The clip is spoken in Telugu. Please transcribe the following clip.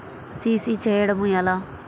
సి.సి చేయడము ఎలా?